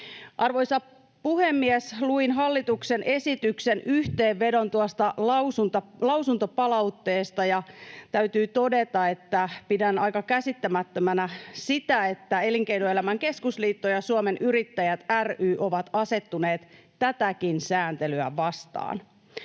Arvoisa puhemies! Luin hallituksen esityksen yhteenvedon tuosta lausuntopalautteesta. Täytyy todeta, että pidän aika käsittämättömänä sitä, että Elinkeinoelämän keskusliitto ja Suomen Yrittäjät ry ovat asettuneet tätäkin sääntelyä vastaan.